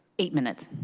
eight minutes.